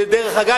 שדרך אגב,